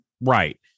Right